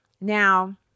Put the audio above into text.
Now